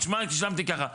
תשמע שילמתי ככה.